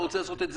אי-התאמה.